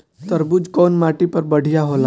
तरबूज कउन माटी पर बढ़ीया होला?